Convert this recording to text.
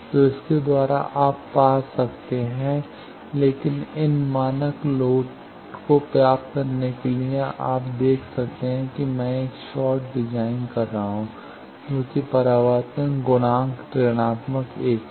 तो इसके द्वारा आप पा सकते हैं लेकिन इन मानक लोड को प्राप्त करने से आप देख सकते हैं कि मैं एक शॉर्ट डिज़ाइन कर सकता हूँ जो कि परावर्तन गुणांक ऋणात्मक 1 है